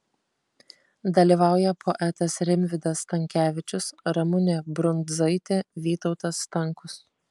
dalyvauja poetas rimvydas stankevičius ramunė brundzaitė vytautas stankus